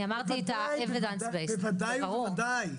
ודאי.